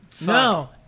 No